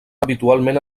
habitualment